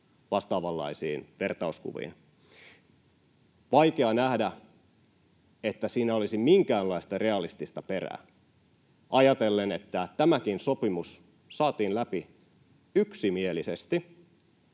vastaavanlaisiin vertauskuviin. Vaikea nähdä, että siinä olisi minkäänlaista realistista perää ajatellen, että tämäkin sopimus saatiin läpi yksimielisesti